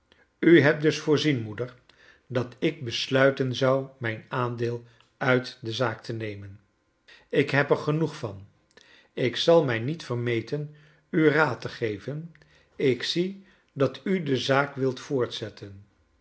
u hebt dus voorzien moeder dat ik besluiten zou mijn aandeel uit de zaak te nemen ik heb er genoeg van ik zal mij niet ver me ten u raad te geven ik zie dat u de zaak wilt voortzetten